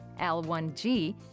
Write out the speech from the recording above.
L1G